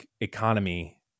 economy